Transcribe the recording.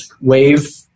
wave